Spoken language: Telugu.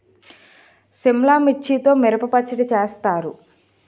సిమ్లా మిర్చితో మిరప పచ్చడి చేస్తారు